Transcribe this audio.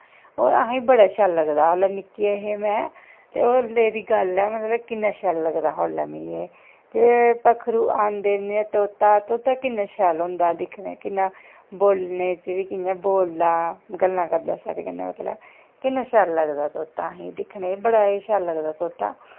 होर असें ई बड़ा शैल लगदा हा ओल्लै निक्के हे में ते ओल्लै दी गल्ल ऐ ते कि'न्ना शैल लगदा हा ओल्लै मीं ते पक्खरू आंदे ते तोता तोता कि'न्ना शैल होंदा ऐ दिक्खने कि'न्ना बोलने च बी कि'यां बोलदा गल्लां करदा साढ़े कन्नै मतलब कि'न्ना शैल लगदा तोता असें ई दिक्खने ई बड़ा गै शैल लगदा तोता